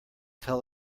tell